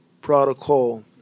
protocol